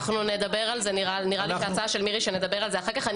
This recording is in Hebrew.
אנחנו נדבר על זה אחר כך.